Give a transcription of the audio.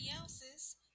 else's